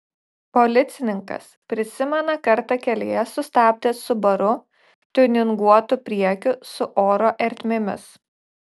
policininkas prisimena kartą kelyje sustabdęs subaru tiuninguotu priekiu su oro ertmėmis